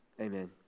Amen